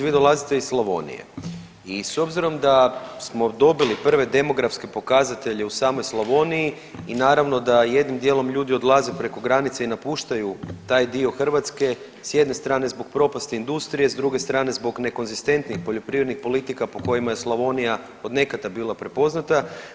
Vi dolazite iz Slavonije i s obzirom da smo dobili prve demografske pokazatelje u samoj Slavoniji i naravno da jednim dijelom ljudi odlaze preko granice i napuštaju taj dio Hrvatske, s jedne strane zbog propasti industrije, s druge strane, zbog nekonzistentnih poljoprivrednih politika po kojima je Slavonija od nekada bila prepoznata.